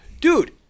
Dude